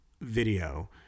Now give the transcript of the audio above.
video